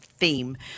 Theme